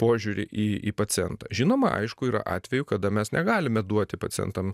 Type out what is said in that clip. požiūrį į į pacientą žinoma aišku yra atvejų kada mes negalime duoti pacientam